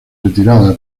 retirada